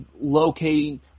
locating –